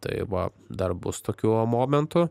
tai va dar bus tokių momentų